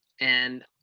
And-